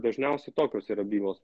dažniausiai tokios yra bylos